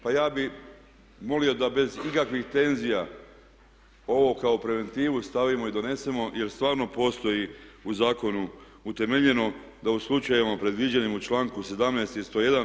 Pa ja bih molio da bez ikakvih tenzija ovo kao preventivu stavimo i donesemo jer stvarno postoji u zakonu utemeljeno da u slučajevima predviđenim u članku 17. i 101.